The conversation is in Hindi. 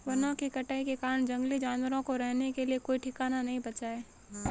वनों की कटाई के कारण जंगली जानवरों को रहने के लिए कोई ठिकाना नहीं बचा है